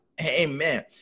amen